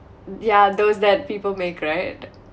yeah those that people make right